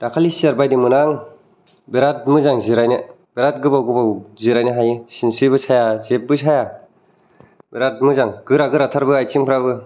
दाखालि सियार बायदोंमोन आं बिराथ मोजां जिरायनो बिराथ गोबाव गोबाव जिरायनो हायो सिनस्रिबो साया जेबो साया बिराथ मोजां गोरा गोराथारबो आथिंफ्राबो